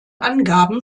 angaben